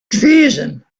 treason